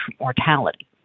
mortality